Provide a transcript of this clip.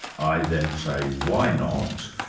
i then say, why not?